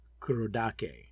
Kurodake